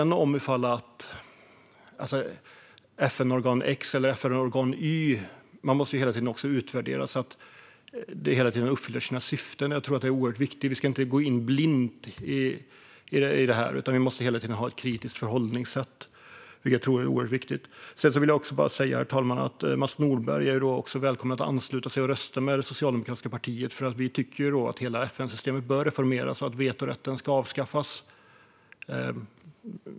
När det sedan gäller FN-organ X eller FN-organ Y måste man hela tiden utvärdera och se om de fyller sina syften. Jag tror att detta är oerhört viktigt - vi ska inte gå in blint i det här, utan vi måste hela tiden ha ett kritiskt förhållningssätt. Jag vill också säga, herr talman, att Mats Nordberg är välkommen att ansluta sig och rösta med det socialdemokratiska partiet. Vi tycker att hela FN-systemet bör reformeras och att vetorätten ska avskaffas.